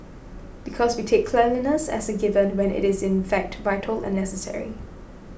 because we take cleanliness as a given when it is in fact vital and necessary